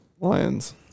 Lions